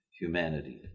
humanity